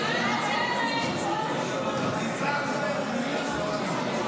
אנחנו נספור את הקול שלכם.